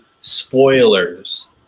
spoilers